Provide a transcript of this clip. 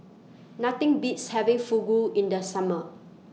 Nothing Beats having Fugu in The Summer